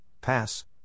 Pass